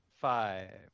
five